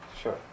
Sure